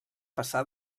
passar